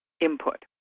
input